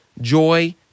joy